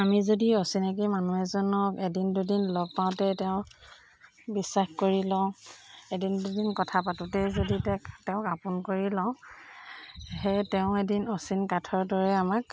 আমি যদি অচিনাকি মানুহ এজনক এদিন দুদিন লগ পাওঁতে তেওঁক বিশ্বাস কৰি লওঁ এদিন দুদিন কথা পাতোতে যদি তে তেওঁক আপোন কৰি লওঁ সেই তেওঁ এদিন অচিন কাঠৰ দৰে আমাক